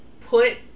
put